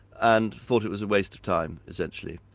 and thought it was a waste of time essentially.